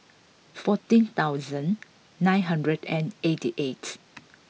fourteen thousand nine hundred and eighty eight